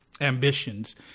ambitions